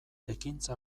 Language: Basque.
ekintza